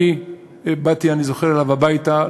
אני באתי, אני זוכר, אליו הביתה.